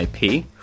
IP